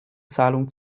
zahlung